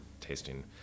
tasting